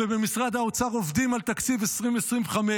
ובמשרד האוצר עובדים על תקציב 2025,